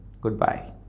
goodbye